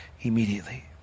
immediately